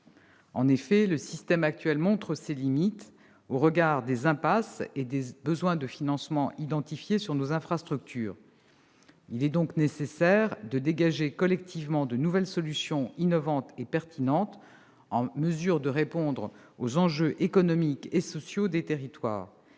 En effet, le système actuel montre ses limites au regard des impasses et des besoins de financement identifiés sur nos infrastructures ; il est donc nécessaire de dégager collectivement de nouvelles solutions innovantes et pertinentes, de nature à répondre aux enjeux économiques et sociaux des territoires.